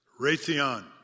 Raytheon